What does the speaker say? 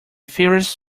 faeries